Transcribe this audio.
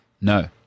No